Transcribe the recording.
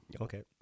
Okay